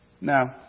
Now